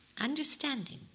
Understanding